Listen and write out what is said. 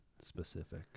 specific